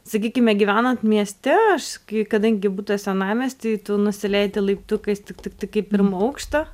sakykime gyvenant mieste aš kai kadangi butas senamiesty tu nusileidi laiptukais tik tik tik į pirmą aukštą